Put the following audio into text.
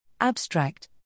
Abstract